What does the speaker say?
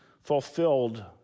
fulfilled